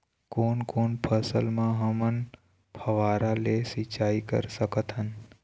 कोन कोन फसल म हमन फव्वारा ले सिचाई कर सकत हन?